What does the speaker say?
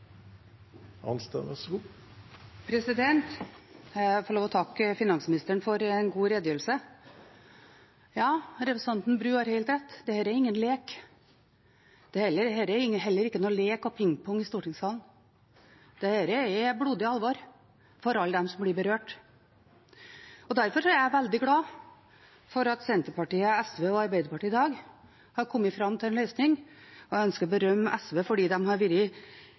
Jeg vil få lov til å takke finansministeren for en god redegjørelse. Ja, representanten Bru har helt rett, dette er ingen lek. Det er heller ikke noen lek og pingpong i stortingssalen. Dette er blodig alvor for alle dem som blir berørt. Derfor er jeg veldig glad for at Senterpartiet, SV og Arbeiderpartiet i dag har kommet fram til en løsning, og jeg ønsker å berømme SV fordi de har vært